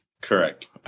Correct